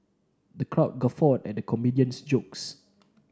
the crowd guffawed at the comedian's jokes